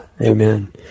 amen